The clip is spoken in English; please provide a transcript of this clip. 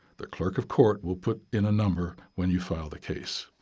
the clerk of court will put in a number when you file the case.